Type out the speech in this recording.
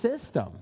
system